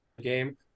game